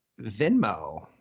Venmo